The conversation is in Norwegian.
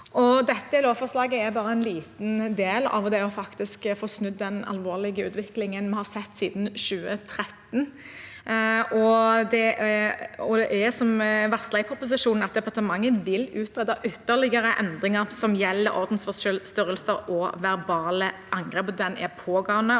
er bare en liten del av det å faktisk få snudd den alvorlige utviklingen vi har sett siden 2013. Som varslet i proposisjonen vil departementet utrede ytterligere endringer som gjelder ordensforstyrrelser og verbale angrep. Dette arbeidet